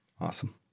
Awesome